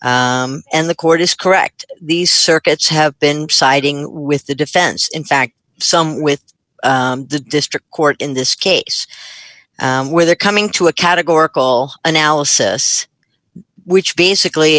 and the court is correct these circuits have been siding with the defense in fact some with the district court in this case where they're coming to a categorical analysis which basically